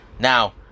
Now